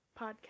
podcast